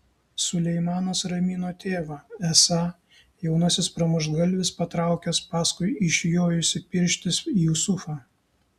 suleimanas ramino tėvą esą jaunasis pramuštgalvis patraukęs paskui išjojusį pirštis jusufą